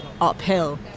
uphill